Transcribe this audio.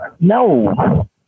No